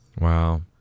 Wow